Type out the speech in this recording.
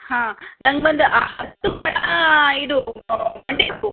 ಹಾಂ ನನಗೊಂದು ಹತ್ತು ಮೊಳ ಇದು ಗೊಂಡೆ ಹೂ